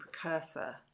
precursor